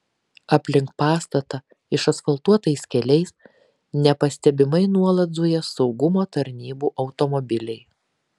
aplink pastatą išasfaltuotais keliais nepastebimai nuolat zuja saugumo tarnybų automobiliai